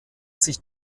sich